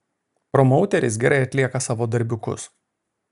promauteris gerai atlieka savo darbiukus